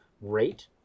rate